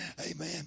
Amen